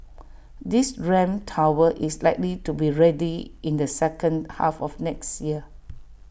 this ramp tower is likely to be ready in the second half of next year